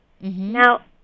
Now